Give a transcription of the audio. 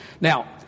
Now